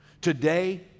today